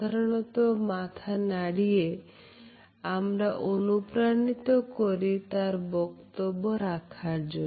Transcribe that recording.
সাধারণত মাথা নাড়িয়ে আমরা অনুপ্রাণিত করি তার বক্তব্য রাখার জন্য